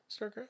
starcraft